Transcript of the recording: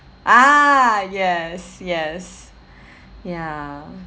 ah yes yes ya